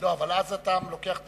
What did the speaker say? אז אתה לוקח,